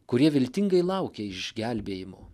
kurie viltingai laukia išgelbėjimo